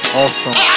awesome